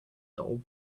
dull